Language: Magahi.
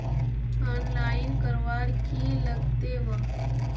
आनलाईन करवार की लगते वा?